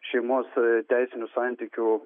šeimos teisinių santykių